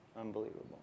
Unbelievable